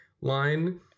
line